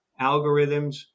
algorithms